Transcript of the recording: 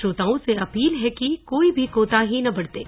श्रोताओं से अपील है कि कोई भी कोताही न बरतें